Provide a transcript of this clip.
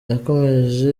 yakomeje